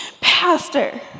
Pastor